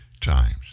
times